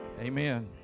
Amen